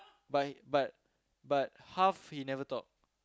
but he but but half he never talk